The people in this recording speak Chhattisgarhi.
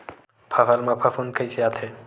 फसल मा फफूंद कइसे आथे?